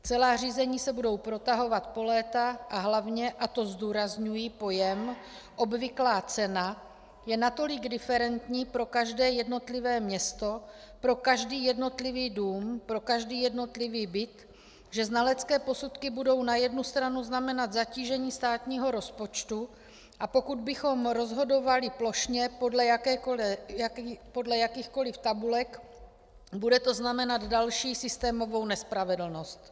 Celá řízení se budou protahovat po léta a hlavně, a to zdůrazňuji, pojem obvyklá cena je natolik diferentní pro každé jednotlivé město, pro každý jednotlivý dům, pro každý jednotlivý byt, že znalecké posudky budou na jednu stranu znamenat zatížení státního rozpočtu, a pokud bychom rozhodovali plošně podle jakýchkoliv tabulek, bude to znamenat další systémovou nespravedlnost.